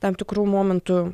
tam tikru momentu